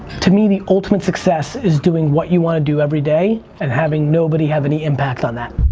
to me, the ultimate success is doing what you wanna do everyday, and having nobody have any impact on that.